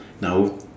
Now